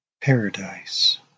paradise